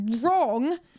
wrong